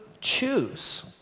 choose